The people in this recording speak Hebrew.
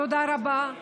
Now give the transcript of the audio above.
תודה רבה.